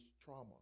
trauma